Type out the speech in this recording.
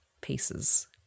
pieces